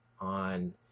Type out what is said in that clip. on